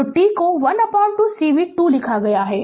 तो t को 12 cv 2 लिखा गया है